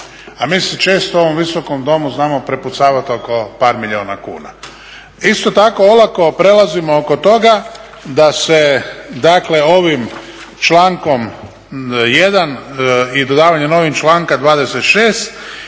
a mi se često u ovom Visokom domu znamo prepucavati oko par milijuna kuna. Isto tako, olako prelazimo oko toga da se, dakle ovim člankom 1. i dodavanjem novog članka 26.